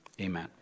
Amen